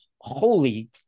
holy